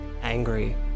angry